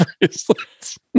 bracelets